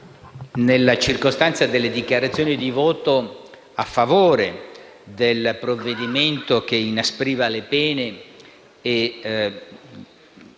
nella circostanza delle dichiarazioni di voto a favore del provvedimento che inaspriva le pene e